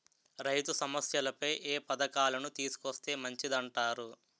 రైతు సమస్యలపై ఏ పథకాలను తీసుకొస్తే మంచిదంటారు?